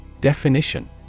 Definition